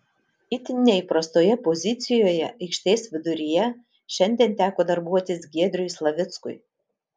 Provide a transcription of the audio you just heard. itin neįprastoje pozicijoje aikštės viduryje šiandien teko darbuotis giedriui slavickui